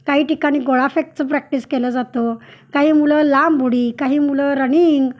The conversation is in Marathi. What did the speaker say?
काही ठिकाणी गोळाफेकचं प्रॅक्टिस केलं जातं काही मुलं लांब उडी काही मुलं रनिंग